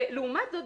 לעומת זאת,